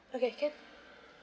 okay can